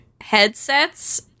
headsets